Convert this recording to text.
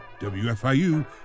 WFIU